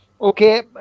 Okay